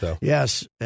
Yes